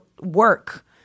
work